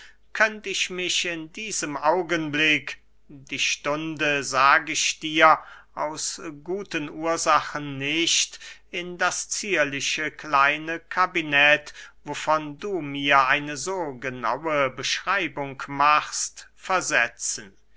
könnt ich mich in diesem augenblick die stunde sag ich dir aus guten ursachen nicht in das zierliche kleine kabinet wovon du mir eine so genaue beschreibung machst versetzen